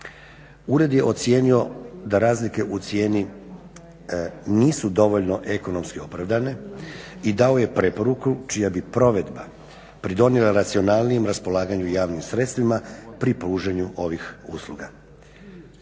Ured je ocijenio da razlike u cijeni nisu dovoljno ekonomski opravdane i dao je preporuku čija bi provedba pridonijela racionalnijem raspolaganju javnim sredstvima pri pružanju ovih usluga.